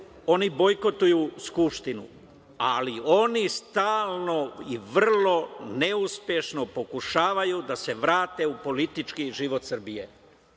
oni bojkotuju Skupštinu, ali oni stalno i vrlo neuspešno pokušavaju da se vrate u politički život Srbije.